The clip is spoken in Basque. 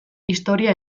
historia